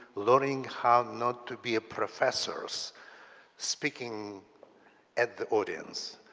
learning how not to be a professors speaking at the audience,